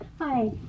Hi